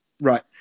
Right